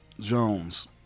Jones